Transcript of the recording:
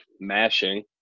mashing